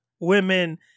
Women